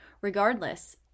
Regardless